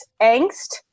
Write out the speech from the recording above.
angst